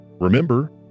remember